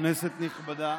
כנסת נכבדה.